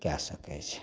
कै सकै छै